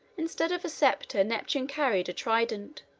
instead of a scepter neptune carried a trident.